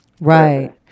right